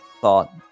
thought